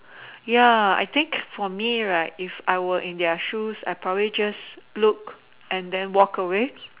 ya I think for me right if I am in their shoes right I will just look and walk away